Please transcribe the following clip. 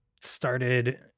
started